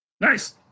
nice